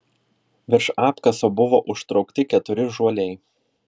virš apkaso buvo užtraukti keturi žuoliai